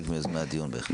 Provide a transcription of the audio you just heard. הדיון, בהחלט.